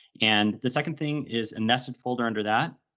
and the second thing is a nested folder under that.